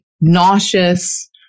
nauseous